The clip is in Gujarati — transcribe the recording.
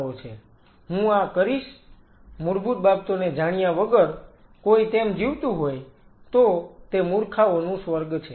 હું આ કરીશ મૂળભૂત બાબતોને જાણ્યા વગર કોઈ તેમ જીવતું હોય તો તે મૂર્ખાઓનું સ્વર્ગ છે